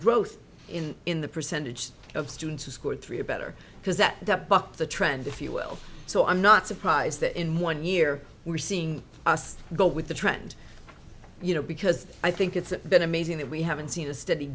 growth in in the percentage of students who scored three a better because that bucked the trend if you will so i'm not surprised that in one year we're seeing us go with the trend you know because i think it's been amazing that we haven't seen a steady